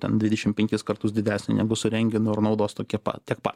ten dvidešim penkis kartus didesnė negu su rengenu ir naudos tokie pat tiek pat